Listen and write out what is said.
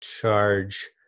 charge